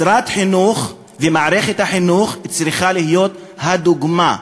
משרד החינוך ומערכת החינוך צריכים להיות הדוגמה,